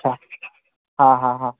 अच्छा हा हा हा